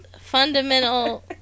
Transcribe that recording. Fundamental